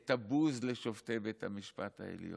את הבוז לשופטי בית המשפט העליון,